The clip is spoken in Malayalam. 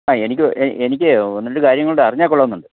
ആ എനിക്ക് എനിക്കെ ഒന്ന് രണ്ട് കാര്യങ്ങളുണ്ട് അറിഞ്ഞാൽ കൊള്ളാം എന്നുണ്ട്